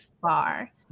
far